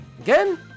Again